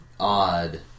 Odd